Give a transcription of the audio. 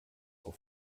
auf